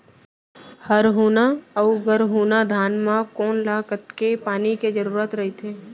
हरहुना अऊ गरहुना धान म कोन ला कतेक पानी के जरूरत रहिथे?